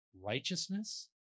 righteousness